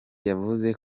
yavuze